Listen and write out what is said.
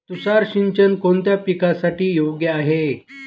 तुषार सिंचन कोणत्या पिकासाठी योग्य आहे?